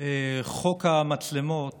חוק המצלמות